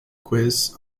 quiz